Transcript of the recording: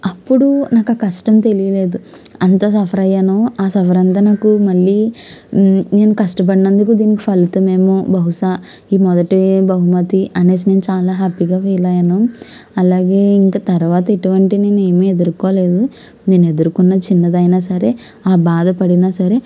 అప్పుడు నాకు ఆ కష్టం తెలియలేదు అంత సఫర్ అయ్యాను ఆ సఫర్ అంత నాకు మళ్ళీ నేను కష్టపడినందుకు దీనికి ఫలితం ఏమో బహుశా ఈ మొదటి బహుమతి అనేసి నేను చాలా హ్యాపీగా ఫీల్ అయ్యాను అలాగే ఇంక తర్వాత ఇటువంటివి ఏమీ ఎదుర్కోలేదు నేను ఎదుర్కొన్న చిన్నదైనా సరే ఆ బాధపడినా సరే